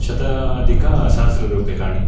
शताधिकसहस्ररुप्यकाणि